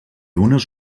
unes